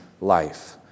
life